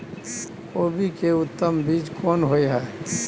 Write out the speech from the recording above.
कोबी के उत्तम बीज कोन होय है?